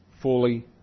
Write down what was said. fully